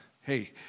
hey